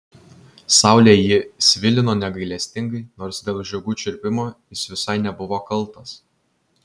saulė jį svilino negailestingai nors dėl žiogų čirpimo jis visai nebuvo kaltas